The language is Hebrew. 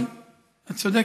אבל את צודקת.